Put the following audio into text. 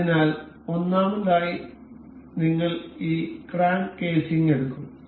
അതിനാൽ ഒന്നാമതായി നിങ്ങൾ ഈ ക്രാങ്ക് കേസിംഗ് എടുക്കും